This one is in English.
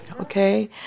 okay